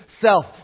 self